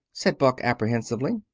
said buck apprehensively.